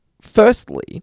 firstly